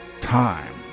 time